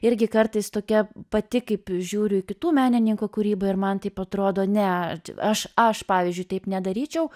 irgi kartais tokia pati kaip žiūriu į kitų menininkų kūrybą ir man taip atrodo ne aš aš pavyzdžiui taip nedaryčiau